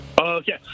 Okay